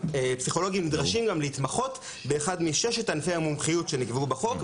הפסיכולוגים גם נדרשים להתמחות באחד מששת ענפי המומחיות שנקבעו בחוק,